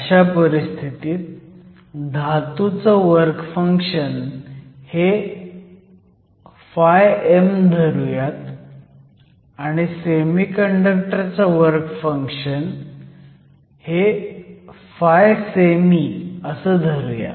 अशा परिस्थितीत धातूचं वर्क फंक्शन हे φm धरूयात आणि सेमीकंडक्टर चं वर्क फंक्शन हे φsemi धरूयात